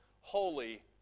holy